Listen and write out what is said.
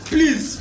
Please